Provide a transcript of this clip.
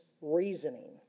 reasoning